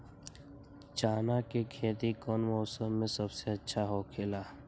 चाना के खेती कौन मौसम में सबसे अच्छा होखेला?